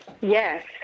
Yes